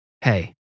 Hey